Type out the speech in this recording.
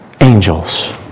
angels